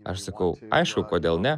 aš sakau aišku kodėl ne